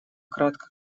кратко